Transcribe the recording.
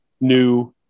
new